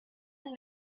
nous